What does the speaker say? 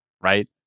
right